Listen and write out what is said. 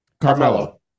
Carmelo